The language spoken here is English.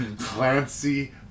Clancy